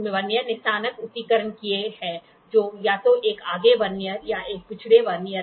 vernier ने स्नातक उत्कीर्ण किए हैं जो या तो एक आगे वर्नियर या एक पिछड़े वर्नियर हैं